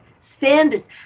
standards